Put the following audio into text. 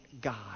God